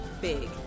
big